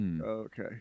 Okay